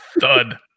Thud